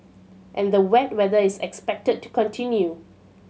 and the wet weather is expected to continue